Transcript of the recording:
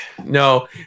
No